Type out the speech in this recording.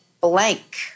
blank